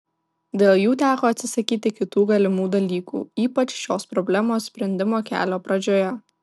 dėl jų teko atsisakyti kitų galimų dalykų ypač šios problemos sprendimo kelio pradžioje